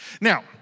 Now